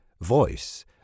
voice